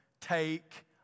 take